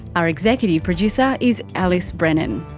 our executive producer is alice brennan.